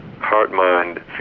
heart-mind